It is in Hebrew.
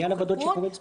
לעניין ועדות השחרורים.